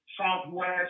southwest